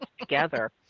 together